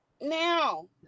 now